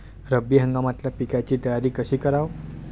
रब्बी हंगामातल्या पिकाइची तयारी कशी कराव?